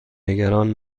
نگران